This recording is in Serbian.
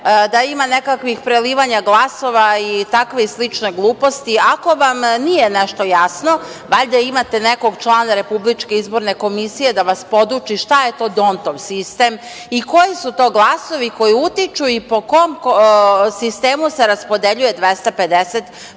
da ima nekakvih prelivanja glasova i takve i slične gluposti. Ako vam nije nešto jasno, valjda imate nekog člana RIK da vas poduči šta je to Dontov sistem i koji su to glasovi koji utiču i po kom sistemu se raspodeljuje 250 poslaničkih